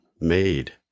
made